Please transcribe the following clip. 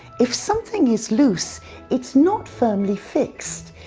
if something is loose it's not firmly fixed.